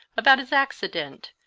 about his accident,